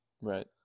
Right